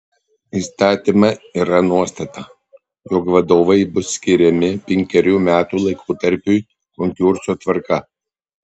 įstatyme yra nuostata jog vadovai bus skiriami penkerių metų laikotarpiui konkurso tvarka